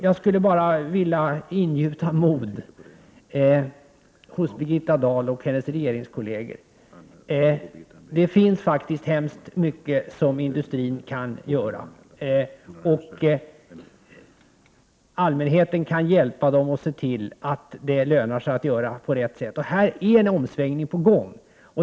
Jag vill bara ingjuta mod i Birgitta Dahl och hennes regeringskolleger — det finns faktiskt mycket som industrin kan göra, och allmänheten kan hjälpa den att inse att det löna sig att handla på rätt sätt. Här är en omsvängning på gång.